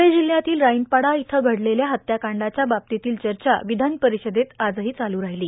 ध्रळे जिल्ह्यातील राईनपाडा इथं घडलेल्या हत्याकांडाच्या बाबतीतील चर्चा विधानपरिषदेत आजही चालू राहिली